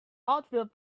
outfit